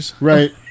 Right